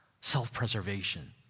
self-preservation